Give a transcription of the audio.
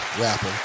rapper